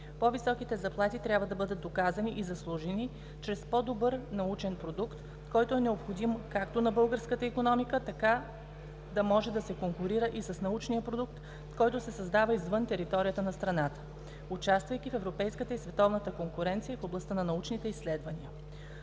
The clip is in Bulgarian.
По-високите заплати трябва да бъдат доказани и заслужени чрез по-добър научен продукт, който е необходим както на българската икономика, така да може да се конкурира и с научния продукт, който се създава извън територията на страната, участвайки в европейската и световната конкуренция в областта на научните изследвания.